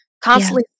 constantly